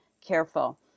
careful